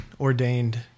ordained